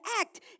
act